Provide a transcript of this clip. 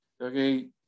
Okay